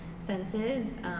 senses